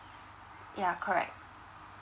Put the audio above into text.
yeah correct